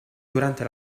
durante